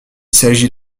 s’agit